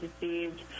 deceived